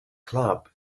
club